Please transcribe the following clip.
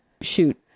shoot